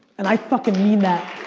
and i fuckin' mean that.